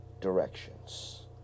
directions